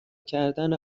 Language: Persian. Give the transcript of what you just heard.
کردن